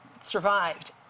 survived